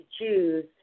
choose